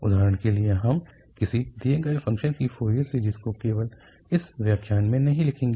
उदाहरण के लिए हम किसी दिए गए फ़ंक्शन की फोरियर सीरीज़ को केवल इस व्याख्यान में नहीं लिखेंगे